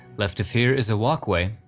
left of here is a walkway,